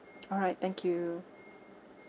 all right thank you